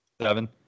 Seven